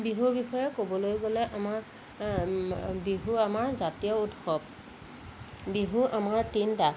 বিহুৰ বিষয়ে ক'বলৈ গ'লে আমাক বিহু আমাৰ জাতীয় উৎসৱ বিহু আমাৰ তিনিটা